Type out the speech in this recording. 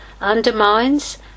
undermines